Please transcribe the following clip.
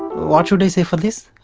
what should i say for this?